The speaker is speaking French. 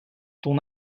ton